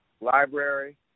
library